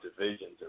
divisions